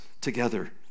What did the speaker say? together